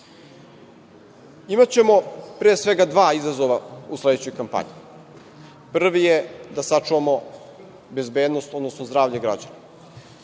odlažu. Imaćemo, pre svega, dva izazova u sledećoj kampanji. Prvi je da sačuvamo bezbednost, odnosno zdravlje građana.